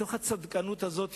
מתוך הצדקנות הזאת,